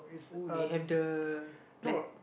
oh they have the